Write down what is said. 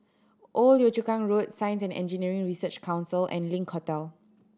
Old Yio Chu Kang Road Science and Engineering Research Council and Link Hotel